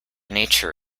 nature